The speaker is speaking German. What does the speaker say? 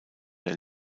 der